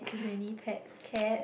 many pet cat